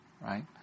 right